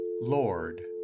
Lord